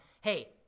Hey